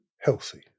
Healthy